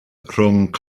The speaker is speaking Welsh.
rhwng